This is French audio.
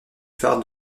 phare